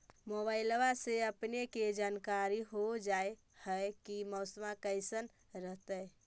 मोबाईलबा से अपने के जानकारी हो जा है की मौसमा कैसन रहतय?